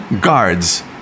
guards